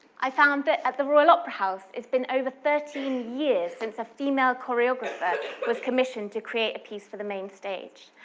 i found that at the royal opera house, it's been over thirteen years since a female choreographer was commissioned to create a piece for the main stage.